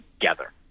together